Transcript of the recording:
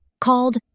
Called